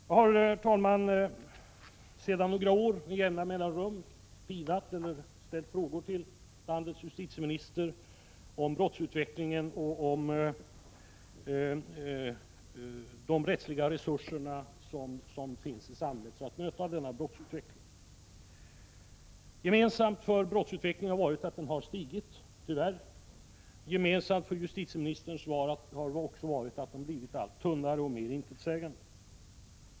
Jag har, herr talman, sedan några år med jämna mellanrum pinat landets justitieminister genom att ställa frågor till honom om brottsutvecklingen och om samhällets rättsliga resurser för att möta denna brottsutveckling. Det genomgående när det gäller brottsutvecklingen har då varit att den har stigit — tyvärr — och det genomgående när det gäller justitieministerns svar har varit att de har blivit allt tunnare och alltmer intetsägande.